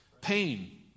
Pain